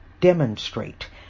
demonstrate